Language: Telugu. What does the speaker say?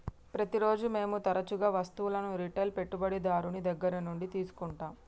ప్రతిరోజు మేము తరచుగా వస్తువులను రిటైల్ పెట్టుబడిదారుని దగ్గర నుండి తీసుకుంటాం